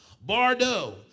Bardo